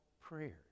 prayers